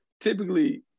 typically